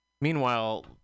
Meanwhile